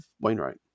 Wainwright